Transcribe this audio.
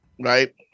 right